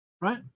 right